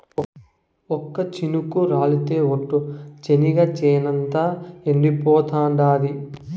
ఒక్క చినుకు రాలితె ఒట్టు, చెనిగ చేనంతా ఎండిపోతాండాది